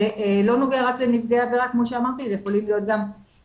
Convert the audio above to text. זה לא נוגע רק לנפגעי עבירה כמו שאמרתי זה יכול להיות גם חשודים,